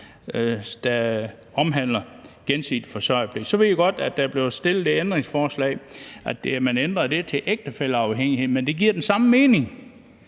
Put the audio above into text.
der omhandler gensidig forsørgerpligt. Så ved jeg godt, at der er blevet stillet et ændringsforslag om, at man ændrer ordlyden til ægtefælleafhængighed, men det giver det samme resultat.